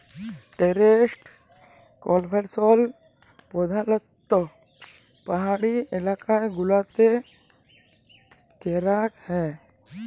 terrace cultivation প্রধালত্ব পাহাড়ি এলাকা গুলতে ক্যরাক হ্যয়